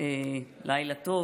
לילה טוב.